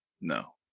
No